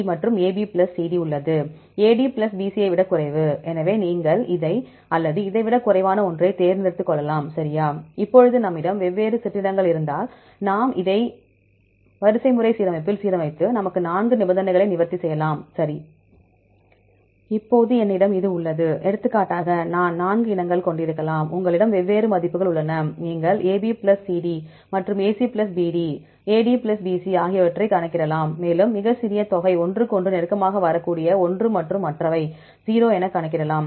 AD plus BC யை விட குறைவு எனவே நீங்கள் இதை அல்லது இதைவிட குறைவான ஒன்றை தேர்ந்தெடுத்துக் கொள்ளலாம் சரியா இப்பொழுது நம்மிடம் வெவ் வேறு சிற்றினங்கள் இருந்தாள் நாம் அதை வரிசைமுறை சீரமைப்பில் சீரமைத்து நமது நான்கு நிபந்தனைகளை நிவர்த்தி செய்யலாம் சரி இப்போது என்னிடம் இது உள்ளது எடுத்துக்காட்டாக நான் நான்கு இனங்கள் கொண்டிருக்கலாம் உங்களிடம் வெவ்வேறு மதிப்புகள் உள்ளன நீங்கள் AB பிளஸ் CD மற்றும் AC பிளஸ் BD மற்றும் AD பிளஸ் BC ஆகியவற்றைக் கணக்கிடலாம் மேலும் மிகச்சிறிய தொகை ஒன்றுக்கொன்று நெருக்கமாக வரக்கூடிய ஒன்று மற்றும் மற்றவை 0 என கணக்கிடலாம்